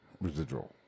residual